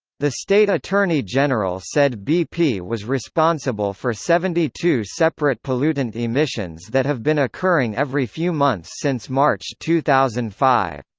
the state attorney general said bp was responsible for seventy two separate pollutant emissions that have been occurring every few months since march two thousand and five.